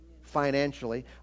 financially